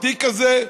התיק הזה,